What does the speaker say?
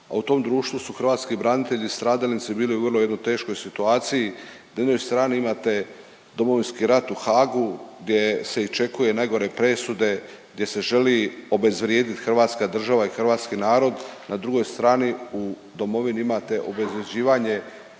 a u tom društvu su hrvatski branitelji stradalnici bili u vrlo jednoj teškoj situaciji, da na jednoj strani imate Domovinski rat u Haagu gdje se iščekuju najgore presude, gdje se želi obezvrijediti Hrvatska država i hrvatski narod. Na drugoj strani u Domovini imate obezvređivanje